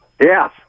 Yes